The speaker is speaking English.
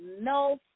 no